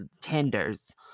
tenders